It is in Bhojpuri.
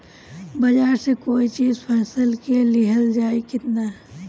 बाजार से कोई चीज फसल के लिहल जाई किना?